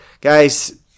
Guys